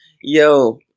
Yo